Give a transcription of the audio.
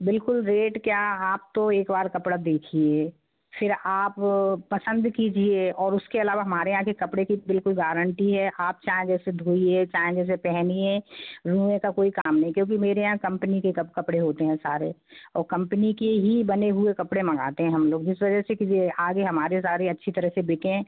बिल्कुल रेट क्या आप तो एक बार कपड़ा देखिए फिर आप पसंद कीजिए और उसके अलावा हमारे यहाँ के कपड़े की बिल्कुल गारंटी है आप चाहें जैसे धोइए चाहे जैसे पहनिए रुऍं का कोई काम नहीं क्योंकि मेरे यहाँ कंपनी के कपड़े होते हैं सारे और कंपनी के ही बने हुए कपड़े मंगाते हैं हम लोग इस वजह से कि ये आगे हमारे सारे अच्छी तरह से बिकें